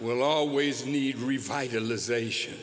will always need revitalisation